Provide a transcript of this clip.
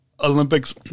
Olympics